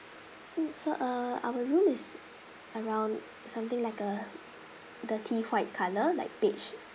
mm so uh our room is around something like a dirty white colour like beige